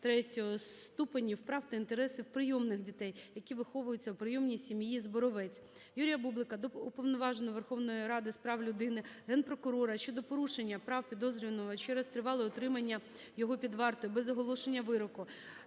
І-ІІІ ступенів прав та інтересів прийомних дітей, які виховуються у прийомній сім'ї Зборовець. Юрія Бублика до Уповноваженого Верховної Ради з прав людини, Генпрокурора щодо порушення прав підозрюваного через тривале утримання його під вартою без оголошення вироку,